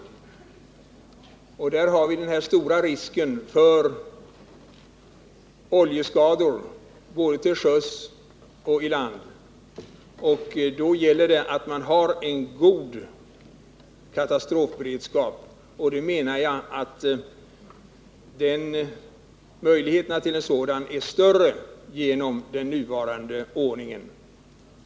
Vi har den stora risken för oljeskador både till sjöss och till lands. På detta område gäller det verkligen att ha en god katastrofberedskap. Jag menar att möjligheterna till en sådan är större med den nuvarande ordningen.